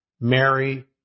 Mary